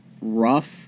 rough